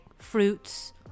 Fruits